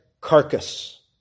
carcass